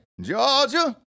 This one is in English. Georgia